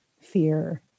fear